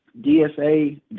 DSA